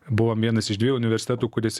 buvom vienas iš dviejų universitetų kuris